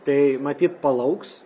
tai matyt palauks